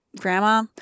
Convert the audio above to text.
Grandma